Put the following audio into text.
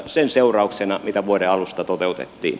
sen seurauksena mitä vuoden alusta toteutettiin